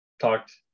talked